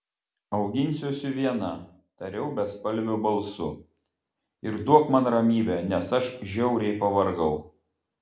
auginsiuosi viena tariau bespalviu balsu ir duok man ramybę nes aš žiauriai pavargau